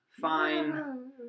fine